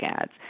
ads